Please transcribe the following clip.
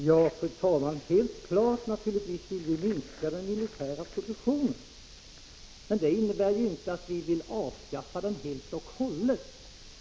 Fru talman! Det är helt klart att vi vill minska den militära produktionen. Men det innebär ju inte att vi vill avskaffa den helt och hållet.